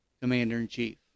commander-in-chief